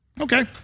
Okay